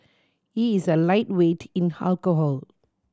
he is a lightweight in alcohol